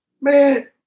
man